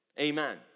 amen